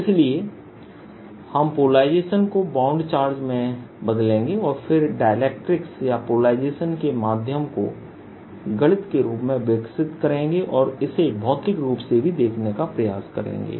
इसलिए हम पोलराइजेशन को बाउंड चार्ज में बदलेंगे और फिर डाइलेक्ट्रिक्स या पोलराइजेशन माध्यम को गणित के रूप में विकसित करेंगे और इसे भौतिक रूप से भी देखने का प्रयास करेंगे